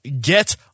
get